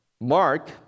Mark